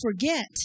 forget